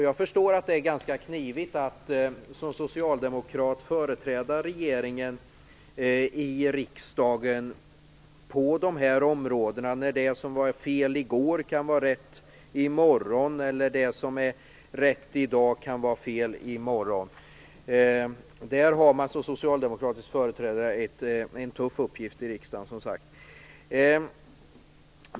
Jag förstår att det är ganska knivigt för en socialdemokrat att på de här områdena företräda regeringen i riksdagen. Det som var fel i går kan ju vara rätt i morgon, och det som är rätt i dag kan vara fel i morgon. Där har man som socialdemokratisk företrädare, som sagt, en tuff uppgift här i riksdagen.